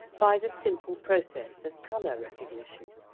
by the simple process of colour recognition.